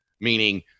meaning